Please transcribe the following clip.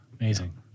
Amazing